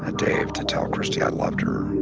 ah dave to tell christy i loved her.